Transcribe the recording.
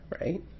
right